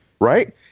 right